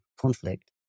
conflict